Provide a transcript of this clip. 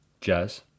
jazz